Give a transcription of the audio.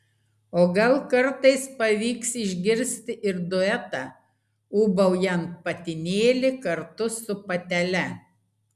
o gal kartais pavyks išgirsti ir duetą ūbaujant patinėlį kartu su patele